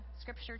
scripture